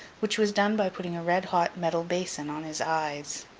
which was done by putting a red-hot metal basin on his eyes.